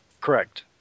Correct